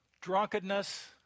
Drunkenness